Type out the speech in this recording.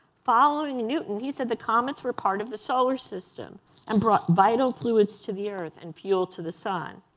following newton, he said the comets were part of the solar system and brought vital fluids to the earth and fuel to the sun.